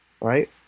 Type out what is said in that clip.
right